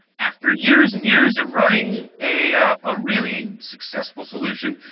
after years and years of running a ah really successful solution,